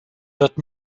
wird